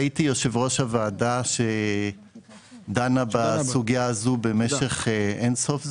הייתי יושב-ראש הוועדה שדנה בסוגיה הזאת במשך אין סוף זמן,